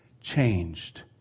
changed